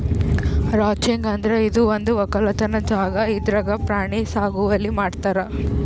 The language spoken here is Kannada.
ರಾಂಚಿಂಗ್ ಅಂದ್ರ ಇದು ಒಂದ್ ವಕ್ಕಲತನ್ ಜಾಗಾ ಇದ್ರಾಗ್ ಪ್ರಾಣಿ ಸಾಗುವಳಿ ಮಾಡ್ತಾರ್